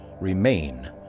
remain